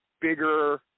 bigger